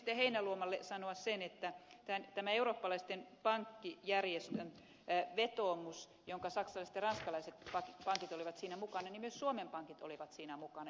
heinäluomalle sanoa sen että tässä eurooppalaisen pankkijärjestön vetoomuksessa jossa saksalaiset ja ranskalaiset pankit olivat mukana myös suomen pankit olivat mukana